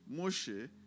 Moshe